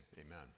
amen